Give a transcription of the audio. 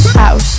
house